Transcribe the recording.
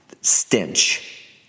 stench